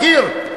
"תג מחיר",